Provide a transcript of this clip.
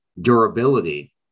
durability